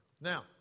Now